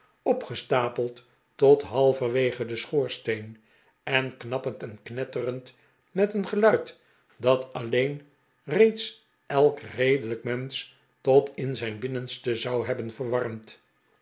opgestapeld tot halverwege den schoorsteen en knappend en knetterend met een geluid dat alleen reeds elk redelijk mensch tot in zijn binnenste zou hebben verwarmd